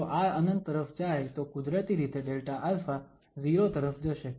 જો આ ∞ તરફ જાય તો કુદરતી રીતે Δα 0 તરફ જશે